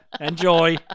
Enjoy